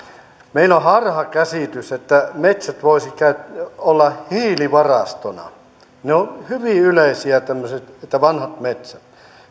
meillä on harhakäsitys että metsät voisivat olla hiilivarastona ne ovat hyvin yleisiä tämmöiset että vanhat metsät